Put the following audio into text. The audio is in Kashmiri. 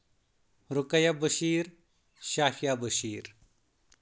رُکَیا بٔشیٖر شافیا بٔشیٖر